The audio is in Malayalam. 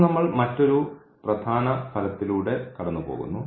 ഇപ്പോൾ നമ്മൾ മറ്റൊരു പ്രധാന ഫലത്തിലൂടെ കടന്നുപോകുന്നു